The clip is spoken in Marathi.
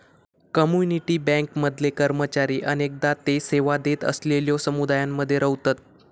कम्युनिटी बँक मधले कर्मचारी अनेकदा ते सेवा देत असलेलल्यो समुदायांमध्ये रव्हतत